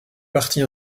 partie